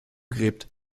gräbt